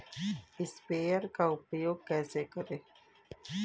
Sprayer का उपयोग कैसे करें?